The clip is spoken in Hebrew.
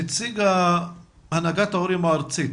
נציג הנהגת ההורים הארצית,